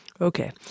Okay